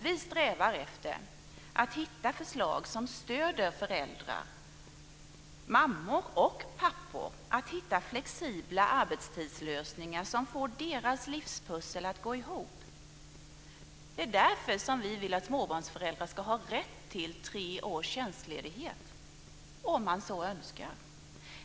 Vi strävar efter att hitta förslag som stöder föräldrar - mammor och pappor - i att hitta flexibla arbetstidslösningar som får deras livspussel att gå ihop. Det är därför vi vill att småbarnsföräldrar ska ha rätt till tre års tjänstledighet om man så önskar.